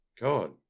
God